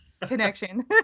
connection